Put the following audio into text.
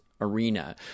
arena